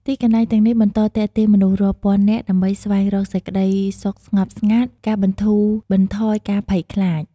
ទីកន្លែងទាំងនេះបន្តទាក់ទាញមនុស្សរាប់ពាន់នាក់ ដើម្បីស្វែងរកសេចក្ដីសុខស្ងប់ស្ងាត់ ការបន្ធូរបន្ថយការភ័យខ្លាច។